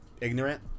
ignorant